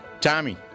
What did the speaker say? Tommy